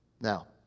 Now